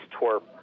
twerp